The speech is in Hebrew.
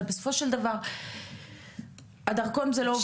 אבל בסופו של דבר הדרכון זה לא,